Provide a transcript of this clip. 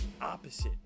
opposite